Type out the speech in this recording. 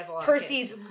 Percy's